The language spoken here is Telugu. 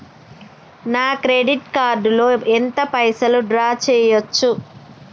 నా క్రెడిట్ కార్డ్ లో ఎంత పైసల్ డ్రా చేయచ్చు?